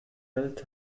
welt